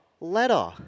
letter